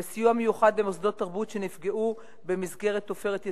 וסיוע מיוחד למוסדות תרבות שנפגעו במסגרת "עופרת יצוקה"